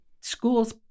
school's